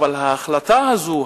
אבל ההחלטה הזאת,